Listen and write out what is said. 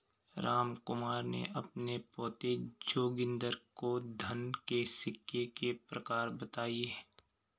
रामकुमार ने अपने पोते जोगिंदर को धन के सिक्के के प्रकार बताएं